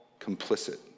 complicit